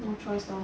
no choice lor